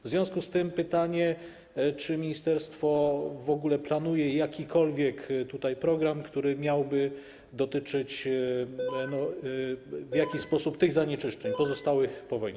W związku z tym pytanie: Czy ministerstwo w ogóle planuje jakikolwiek program, który miałby dotyczyć w jakiś sposób tych zanieczyszczeń pozostałych po wojnie?